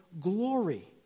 glory